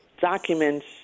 documents